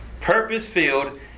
purpose-filled